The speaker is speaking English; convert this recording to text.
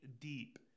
deep